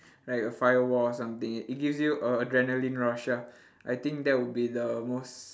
like a firewall or something it gives you a adrenaline rush ya I think that will be the most